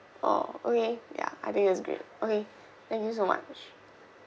oh okay ya I think it's great okay thank you so much